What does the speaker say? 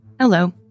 Hello